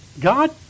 God